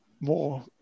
more